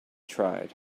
tried